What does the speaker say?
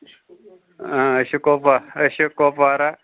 اۭں أسۍ چھِ کۄپوا أسۍ چھِ کۄپوارہ